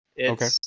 Okay